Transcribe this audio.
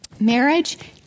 Marriage